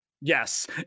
Yes